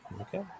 Okay